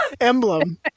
emblem